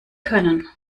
können